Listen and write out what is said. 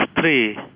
three